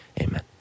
Amen